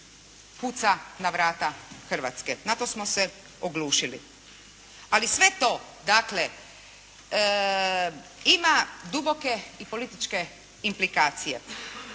kuca na vrata Hrvatske, na to smo se oglušili. Ali sve to, dakle ima duboke i političke implikacije.